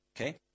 Okay